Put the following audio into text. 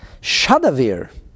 Shadavir